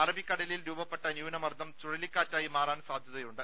അറബിക്കടലിൽ രൂപപ്പെട്ട് ന്യൂനമർദ്ദം ചുഴലി ക്കാറ്റായി മാറാൻ സാധൃതയുണ്ട്